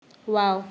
wow